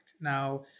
Now